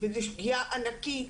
וזו שגיאה ענקית,